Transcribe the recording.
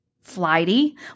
flighty